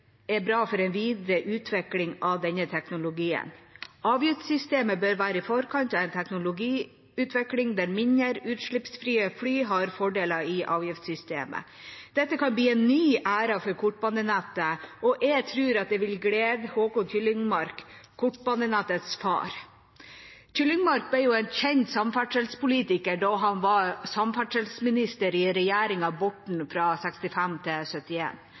er bra for en videre utvikling av denne teknologien. Avgiftssystemet bør være i forkant av teknologiutviklingen der mindre, utslippsfrie fly har fordeler i avgiftssystemet. Dette kan bli en ny æra for kortbanenettet, og jeg tror det ville gledet Håkon Kyllingmark, kortbanenettets far. Kyllingmark ble en kjent samferdselspolitiker da han var samferdselsminister i regjeringa Borten fra 1965 til